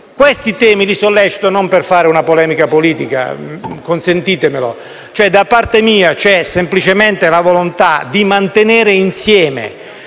questi temi non per fare una polemica politica, consentitemelo. Da parte mia c'è semplicemente la volontà di mantenere insieme